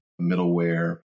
middleware